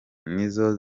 nizo